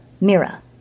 Mira